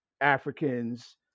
Africans